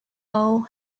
old